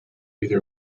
either